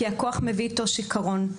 כי הכוח מביא אתו שיכרון,